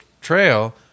trail